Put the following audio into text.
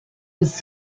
was